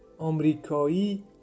Omrikoi